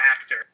actor